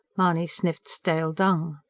mahony sniffed stale dung.